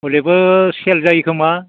हरैबो सेल जायो खोमा